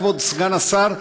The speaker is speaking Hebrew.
כבוד סגן השר,